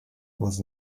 was